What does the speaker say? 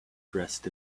dressed